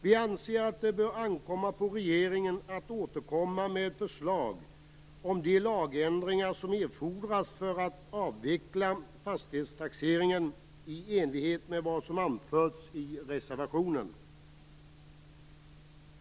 Vi anser att det bör ankomma på regeringen att återkomma med förslag om de lagändringar som erfordras för att avveckla fastighetstaxeringen i enlighet med vad som anförts i reservationen.